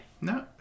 No